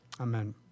Amen